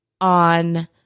on